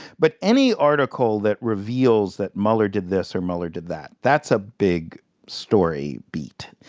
but any article that reveals that mueller did this or mueller did that that's a big story beat.